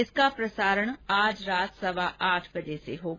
इसका प्रसारण रात सवा आठ बजे से होगा